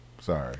Sorry